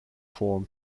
form